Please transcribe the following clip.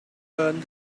learn